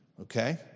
Okay